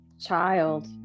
child